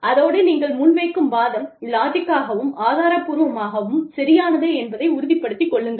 அதோடு நீங்கள் முன்வைக்கும் வாதம் லாஜிக்கலாகவும் ஆதாரப்பூர்வமாகவும் சரியானதே என்பதை உறுதிப்படுத்திக் கொள்ளுங்கள்